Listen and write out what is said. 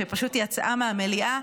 שפשוט יצאה מהמליאה.